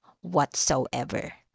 whatsoever